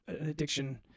addiction